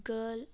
girl